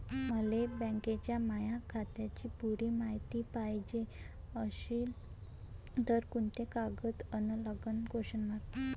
मले बँकेच्या माया खात्याची पुरी मायती पायजे अशील तर कुंते कागद अन लागन?